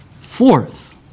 Fourth